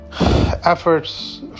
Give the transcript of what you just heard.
efforts